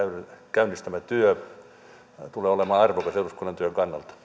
käynnistämä työ tulee olemaan arvokas eduskunnan työn kannalta